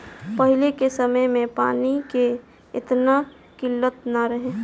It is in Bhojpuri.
पहिले के समय में पानी के एतना किल्लत ना रहे